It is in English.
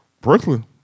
Brooklyn